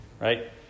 right